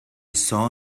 saw